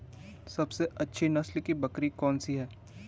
सबसे अच्छी नस्ल की बकरी कौन सी है?